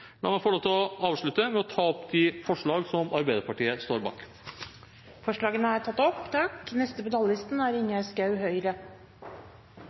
La meg få lov til å avslutte med å ta opp de forslagene som Arbeiderpartiet står bak, og de vi står sammen med andre om. Representanten Eirik Sivertsen har tatt opp